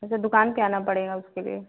अच्छा दुकान पर आना पड़ेगा उसके लिए